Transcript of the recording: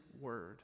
word